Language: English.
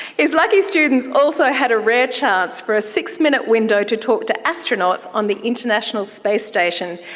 his lucky students also had a rare chance for a six-minute window to talk to astronauts on the international space station,